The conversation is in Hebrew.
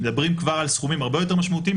מדברים כבר על סכומים הרבה יותר משמעותיים,